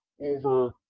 over